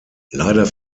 leider